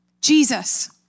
Jesus